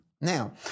Now